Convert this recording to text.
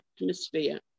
atmosphere